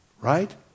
Right